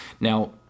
now